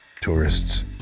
tourists